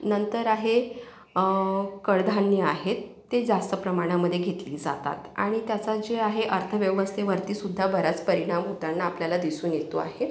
नंतर आहे कडधान्य आहेत ते जास्त प्रमाणामध्ये घेतली जातात आणि त्याचा जे आहे अर्थव्यवस्थेवरतीसुद्धा बराच परिणाम होताना आपल्याला दिसून येतो आहे